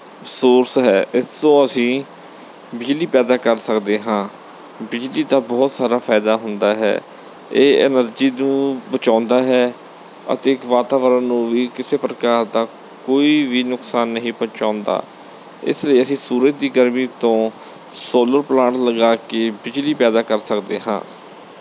source ਹੈ ਇਸ ਤੋਂ ਅਸੀਂ ਬਿਜਲੀ ਪੈਦਾ ਕਰ ਸਕਦੇ ਹਾਂ ਬਿਜਲੀ ਦਾ ਬਹੁਤ ਸਾਰਾ ਫਾਇਦਾ ਹੁੰਦਾ ਹੈ ਇਹ ਐਨਰਜੀ ਨੂੰ ਬਚਾਉਂਦਾ ਹੈ ਅਤੇ ਇਕ ਵਾਤਾਵਰਨ ਨੂੰ ਵੀ ਕਿਸੇ ਪ੍ਰਕਾਰ ਦਾ ਕੋਈ ਵੀ ਨੁਕਸਾਨ ਨਹੀਂ ਪਹੁੰਚਾਉਂਦਾ ਇਸ ਲਈ ਅਸੀਂ ਸੂਰਜ ਦੀ ਗਰਮੀ ਤੋਂ ਸੋਲਰ ਪਲਾਂਟ ਲਗਾ ਕੇ ਬਿਜਲੀ ਪੈਦਾ ਕਰ ਸਕਦੇ ਹਾਂ